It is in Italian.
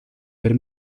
per